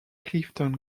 clifton